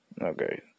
Okay